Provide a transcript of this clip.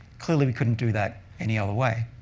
clearly, we couldn't do that any other way.